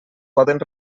poden